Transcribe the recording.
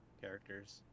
characters